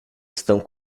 estão